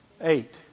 Eight